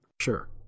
Sure